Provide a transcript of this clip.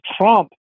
Trump